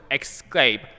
escape